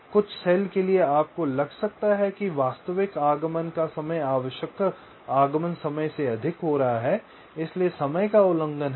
कुछ सेल के लिए आपको लग सकता है कि वास्तविक आगमन का समय आवश्यक आगमन समय से अधिक हो रहा है इसलिए समय का उल्लंघन है